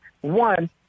one